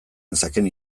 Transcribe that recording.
nezakeen